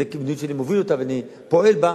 זאת מדיניות שאני מוביל אותה ואני פועל בה,